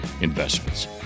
investments